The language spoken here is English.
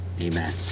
amen